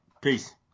Peace